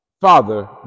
Father